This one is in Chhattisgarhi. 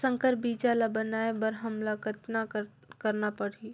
संकर बीजा ल बनाय बर हमन ल कतना करना परही?